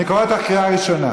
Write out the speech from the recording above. אני קורא אותך בקריאה ראשונה.